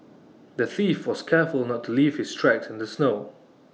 the thief was careful to not leave his tracks in the snow